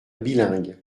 bilingue